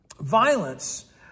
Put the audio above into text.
violence